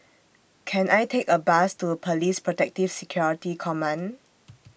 Can I Take A Bus to Police Protective Security Command